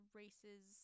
races